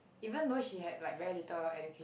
even though she had like very little education